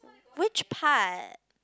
which part